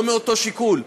לא מאותו שיקול,